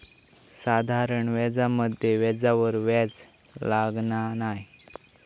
साधारण व्याजामध्ये व्याजावर व्याज लागना नाय